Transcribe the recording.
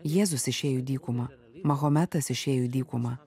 jėzus išėjo į dykumą mahometas išėjo į dykumą